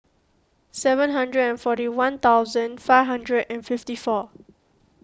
seven hundred and forty one thousand five hundred and fifty four